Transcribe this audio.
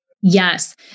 Yes